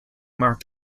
marked